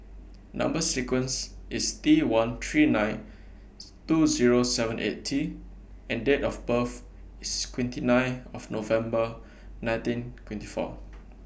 Number sequence IS T one three ninth two Zero seven eight T and Date of birth IS twenty nine of November nineteen twenty four